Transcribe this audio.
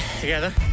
together